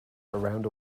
around